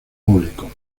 público